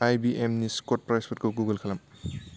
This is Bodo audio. आइ बि एम नि स्टक प्राइसफोरखौ गुगोल खालाम